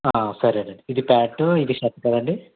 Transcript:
సరే నండి ఇది ప్యాంటు ఇది షర్టు కదండి